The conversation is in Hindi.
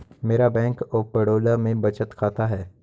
मेरा बैंक ऑफ बड़ौदा में बचत खाता है